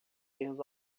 erros